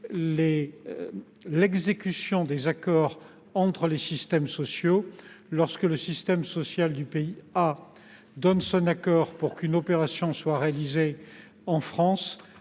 l’exécution des accords entre les systèmes sociaux. Lorsque le système social d’un pays étranger donne son accord pour qu’une opération soit réalisée en France,